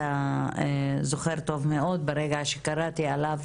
אתה זוכר טוב מאוד ברגע שקראתי עליו